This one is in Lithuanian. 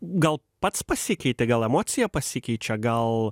gal pats pasikeiti gal emocija pasikeičia gal